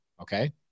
Okay